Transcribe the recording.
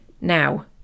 Now